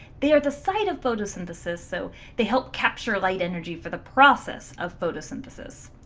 they are the site of photosynthesis so they help capture light energy for the process of photosynthesis.